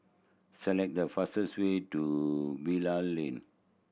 select the fastest way to Bilal Lane